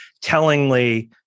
Tellingly